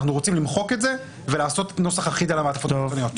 אנחנו רוצים למחוק את זה ולעשות נוסח אחיד על המעטפות החיצוניות.